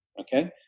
okay